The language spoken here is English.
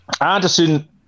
Anderson